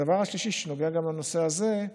הדבר השלישי, שנוגע גם לנושא הזה,